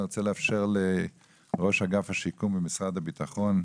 אני רוצה לאפשר לראש אגף השיקום ממשרד הביטחון,